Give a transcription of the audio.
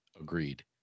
Agreed